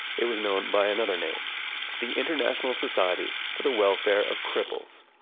it was known by another name the international society for the welfare of cripples.